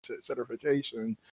certification